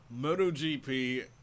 MotoGP